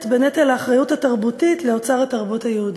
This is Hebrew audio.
בנטל האחריות התרבותית לאוצר התרבות היהודית.